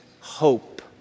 hope